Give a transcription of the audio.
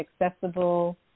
accessible